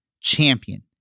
champion